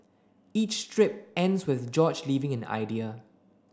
each strip ends with George leaving an idea